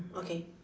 okay